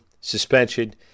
suspension